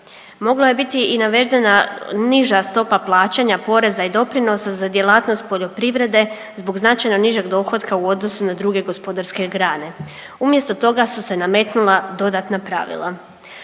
Mogla je biti i navedena niža stopa plaćanja poreza i doprinosa za djelatnost poljoprivrede zbog značajno nižeg dohotka u odnosu na druge gospodarske grane, umjesto toga su se nametnula dodatna pravila.